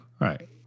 Right